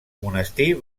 monestir